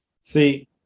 See